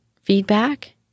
feedback